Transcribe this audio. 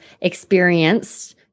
experienced